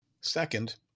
Second